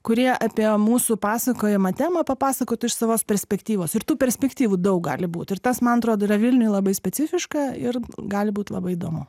kurie apie mūsų pasakojamą temą papasakotų iš savos perspektyvos ir tų perspektyvų daug gali būt ir tas man atrodo yra vilniuj labai specifiška ir gali būt labai įdomu